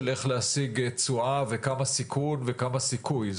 איך להשיג תשואה וכמה סיכון וכמה סיכוי,